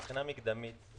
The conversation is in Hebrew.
מקדמית,